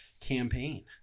campaign